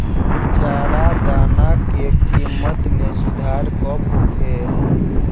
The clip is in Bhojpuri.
चारा दाना के किमत में सुधार कब होखे?